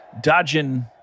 dodging